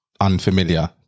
unfamiliar